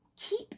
Keep